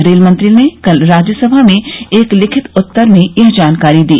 रेलमंत्री ने कल राज्यसभा में एक लिखित उत्तर में यह जानकारी दी